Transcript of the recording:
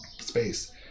space